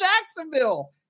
Jacksonville